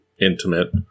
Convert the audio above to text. intimate